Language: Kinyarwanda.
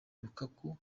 lukaku